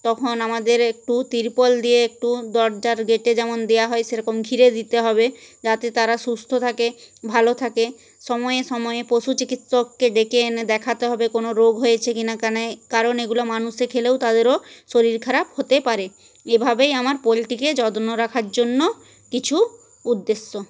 তখন আমাদের একটু তিরপল দিয়ে একটু দরজার গেটে যেমন দেয়া হয় সেরকম ঘিরে দিতে হবে যাতে তারা সুস্থ থাকে ভালো থাকে সময়ে সময়ে পশু চিকিৎসকে ডেকে এনে দেখাতে হবে কোনো রোগ হয়েছে কি না কেনে কারণ এগুলো মানুষে খেলেও তাদেরও শরীর খারাপ হতে পারে এভাবেই আমার পোলট্রিকে যত্ন রাখার জন্য কিছু উদ্দেশ্য